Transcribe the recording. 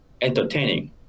entertaining